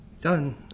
done